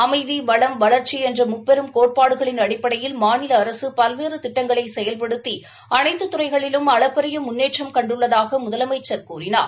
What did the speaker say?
அமைதி வளம் வளர்ச்சி என்ற முப்பெரும் கோட்பாடுகளின் அடிப்படையில் மாநில அரசு பல்வேறு திட்டங்களை செயல்படுத்தி அனைத்து துறைகளிலும் அளப்பறிய முன்னேற்றம் கண்டுள்ளதாக முதலமைச்சர் கூறினார்